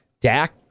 Dak